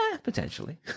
Potentially